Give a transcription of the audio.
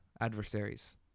adversaries